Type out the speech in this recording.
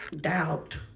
doubt